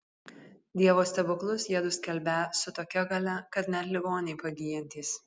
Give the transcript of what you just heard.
dievo stebuklus jiedu skelbią su tokia galia kad net ligoniai pagyjantys